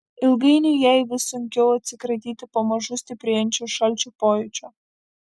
ilgainiui jai vis sunkiau atsikratyti pamažu stiprėjančio šalčio pojūčio